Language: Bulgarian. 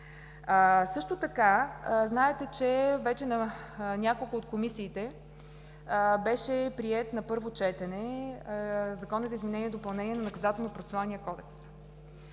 Също така знаете, че в няколко от комисиите беше приет на първо четене Законът за изменение и допълнение на Наказателно-процесуалния кодекс.